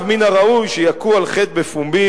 עכשיו מן הראוי שיכו על חטא בפומבי,